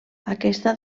aquesta